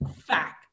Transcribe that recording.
fact